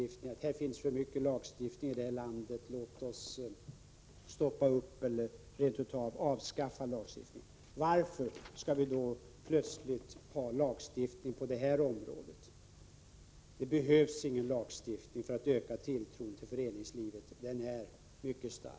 Man brukar säga att det finns för mycket lagstiftning här i landet — låt oss hejda lagstiftandet eller rent av avskaffa viss lagstiftning! Varför skall vi då plötsligt införa en lagstiftning på det här området? Det behövs ingen lagstiftning för att öka tilltron till föreningslivet — den tilltron är redan mycket stor.